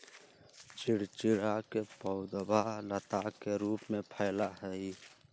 चिचिंडा के पौधवा लता के रूप में फैला हई